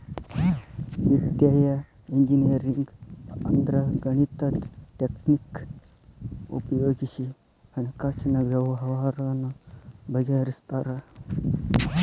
ವಿತ್ತೇಯ ಇಂಜಿನಿಯರಿಂಗ್ ಅಂದ್ರ ಗಣಿತದ್ ಟಕ್ನಿಕ್ ಉಪಯೊಗಿಸಿ ಹಣ್ಕಾಸಿನ್ ವ್ಯವ್ಹಾರಾನ ಬಗಿಹರ್ಸ್ತಾರ